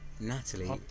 Natalie